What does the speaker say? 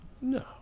No